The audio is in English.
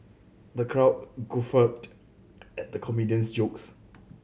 the crowd guffawed at the comedian's jokes